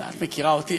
את מכירה אותי?